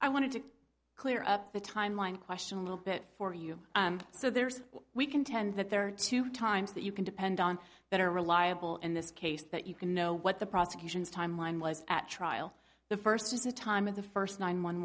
i wanted to clear up the timeline question a little bit for you so there's we contend that there are two times that you can depend on that are reliable in this case that you can know what the prosecution's timeline was at trial the first was the time of the first nine one